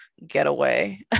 getaway